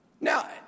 Now